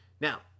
now